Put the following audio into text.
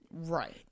right